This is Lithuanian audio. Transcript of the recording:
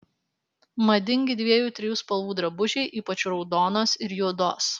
madingi dviejų trijų spalvų drabužiai ypač raudonos ir juodos